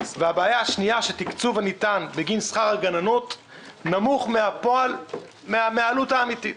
הבעיה השנייה - שתקצוב הניתן בגין שכר הגננות נמוך מהעלות האמתית.